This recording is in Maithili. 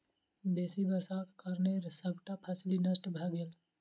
बेसी वर्षाक कारणें सबटा फसिल नष्ट भ गेल